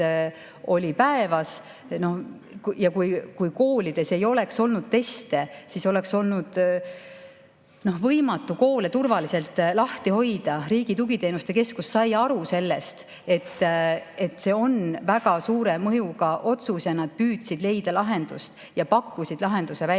oli päevas? Kui koolides ei oleks olnud teste, siis oleks olnud võimatu koole turvaliselt lahti hoida. Riigi Tugiteenuste Keskus sai aru, et see on väga suure mõjuga otsus, ja nad püüdsid leida lahendust ja pakkusid lahenduse välja.